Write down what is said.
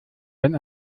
wenn